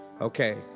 Okay